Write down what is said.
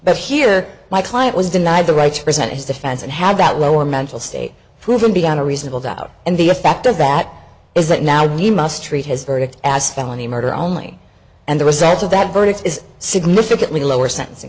but here my client was denied the right to present his defense and had that lower mental state proven beyond a reasonable doubt and the effect of that is that now you must treat his verdict as felony murder only and the results of that verdict is significantly lower sentencing